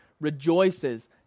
rejoices